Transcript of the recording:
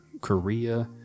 Korea